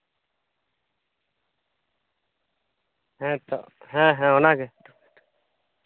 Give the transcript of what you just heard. ᱦᱮᱸᱛᱚ ᱦᱮᱸ ᱦᱮᱸ ᱚᱱᱟᱜᱮ